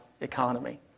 economy